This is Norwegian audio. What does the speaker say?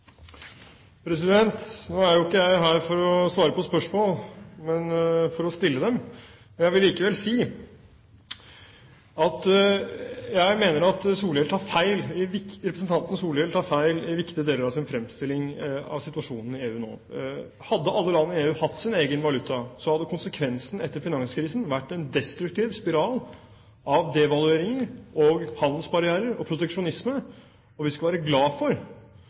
Framstegspartiet. Nå står jo ikke jeg her for å svare på spørsmål, men for å stille dem. Jeg vil likevel si at jeg mener representanten Solhjell tar feil i viktige deler av sin fremstilling av situasjonen i EU nå. Hadde alle land i EU hatt sin egen valuta, hadde konsekvensen etter finanskrisen vært en destruktiv spiral av devalueringer, handelsbarrierer og proteksjonisme. Vi skal være glad for